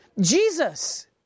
Jesus